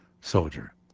soldier